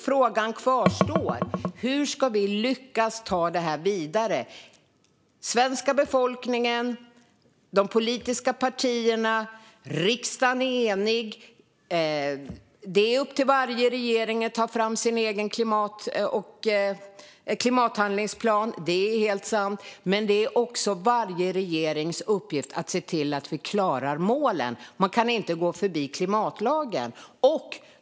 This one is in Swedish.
Frågan kvarstår alltså: Hur ska vi lyckas ta detta vidare? Det handlar om Sveriges befolkning och de politiska partierna. Riksdagen är enig. Det är upp till varje regering att ta fram sin egen klimathandlingsplan - det är helt sant - men det är också varje regerings uppgift att se till att vi klarar målen. Man kan inte gå förbi klimatlagen.